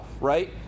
right